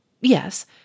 Yes